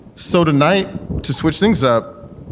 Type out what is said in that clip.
so tonight, to switch things up,